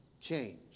change